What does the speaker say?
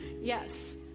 Yes